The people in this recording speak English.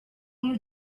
you